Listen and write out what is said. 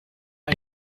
are